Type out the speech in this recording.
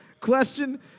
Question